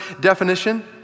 definition